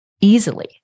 easily